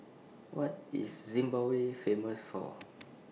What IS Zimbabwe Famous For